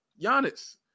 Giannis